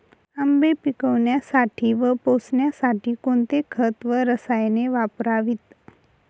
आंबे पिकवण्यासाठी व पोसण्यासाठी कोणते खत व रसायने वापरावीत?